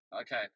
okay